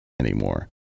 anymore